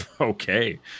okay